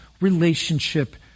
relationship